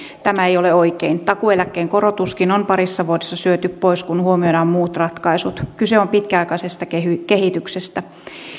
tämä ei ole oikein takuueläkkeen korotuskin on parissa vuodessa syöty pois kun huomioidaan muut ratkaisut kyse on pitkäaikaisesta kehityksestä